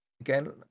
Again